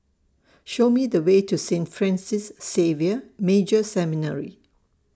Show Me The Way to Saint Francis Xavier Major Seminary